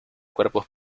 cuerpos